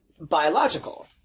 biological